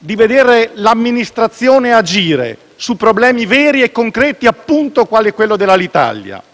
di vedere l'amministrazione agire su problemi veri e concreti - quali, appunto, quello dell'Alitalia - e